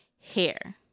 hair